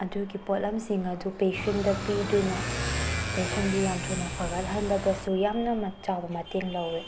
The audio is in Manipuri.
ꯑꯗꯨꯒꯤ ꯄꯣꯠꯂꯝꯁꯤꯡ ꯑꯗꯨ ꯄꯦꯁꯦꯟꯗ ꯄꯤꯗꯨꯅ ꯄꯦꯁꯦꯟꯗꯨ ꯌꯥꯝ ꯊꯨꯅ ꯐꯒꯠꯍꯟꯕꯗꯁꯨ ꯌꯥꯝꯅ ꯆꯥꯎꯕ ꯃꯇꯦꯡ ꯂꯧꯋꯤ